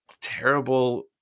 terrible